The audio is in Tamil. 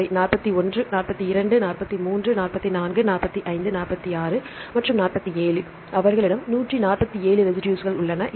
அவை 41 42 43 44 45 46 47 அவர்களிடம் 147 ரெசிடுஸ்கள் உள்ளன